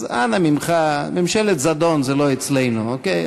אז אנא ממך, ממשלת זדון זה לא אצלנו, אוקיי?